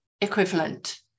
equivalent